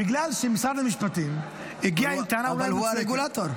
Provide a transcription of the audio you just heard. בגלל שמשרד המשפטים --- אבל המשרד הוא הרגולטור.